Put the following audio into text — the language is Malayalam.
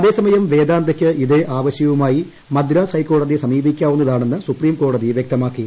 അതേസമയം വേദാന്തയ്ക്ക് ഇതേ ആവശ്യവുമായി മദ്രാസ് ഹൈക്കോടതിയെ സമീപിക്കാവുന്നതാണെന്ന് സുപ്രീംകോടതി വ്യക്തമാക്കി